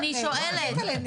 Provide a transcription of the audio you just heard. אני עונה.